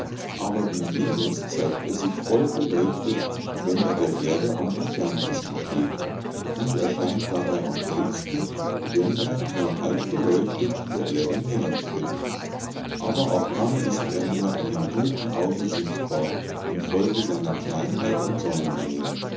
aber wie venus zeigt er sich vollbeleuchtet wenn er der erde am entferntesten steht und erscheint daher am hellsten wenn er nur halb beleuchtet der erde näher tritt aber auch dann ist er nur einem guten auge sichtbar infolge seiner kleinheit und